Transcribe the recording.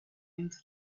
into